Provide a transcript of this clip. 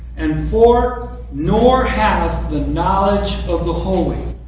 and four, nor have the knowledge of the holy.